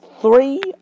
three